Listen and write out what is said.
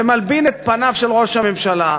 ומלבין את פניו של ראש הממשלה,